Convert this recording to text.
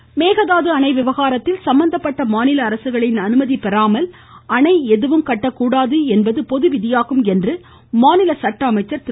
சண்முகம் மேகதாது அணை விவகாரத்தில் சம்மபந்தப்பட்ட மாநில அரசுகளின் அனுமதி பெறாமல் அணை எதுவும் கட்டக்கூடாது என்பது பொதுவிதியாகும் என்று மாநில சட்ட அமைச்சர் திரு